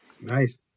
Nice